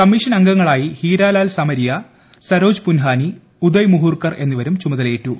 commission അംഗങ്ങളായി ഹീരാലാൽ സമരിയ സരോജ് പുൻഹാനി ഉദയ് മഹുർകർ എന്നിവരും ചുമതലയേറ്റു